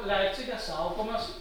leipcige saugomas